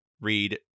read